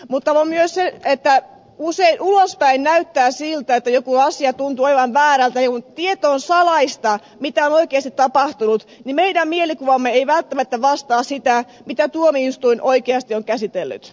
mutta on myös niin että usein ulospäin näyttää siltä että joku asia tuntuu olevan väärin mutta kun tieto siitä mitä on oikeasti tapahtunut on salaista niin meidän mielikuvamme ei välttämättä vastaa sitä mitä tuomioistuin oikeasti on käsitellyt